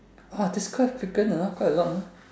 !huh! that is quite frequent ah quite a lot ah